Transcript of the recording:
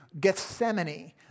Gethsemane